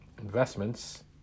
Investments